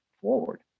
forward